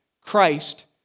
Christ